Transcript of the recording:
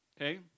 okay